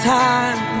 time